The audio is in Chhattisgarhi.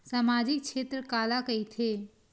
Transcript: सामजिक क्षेत्र काला कइथे?